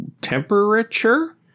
temperature